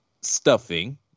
stuffing